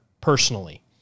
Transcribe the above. personally